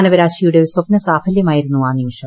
മാനവരാശിയുടെ ഒരു സ്ഥപ്ന സാഫല്യമായിരുന്നു ആ നിമിഷം